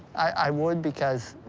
i would because,